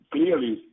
Clearly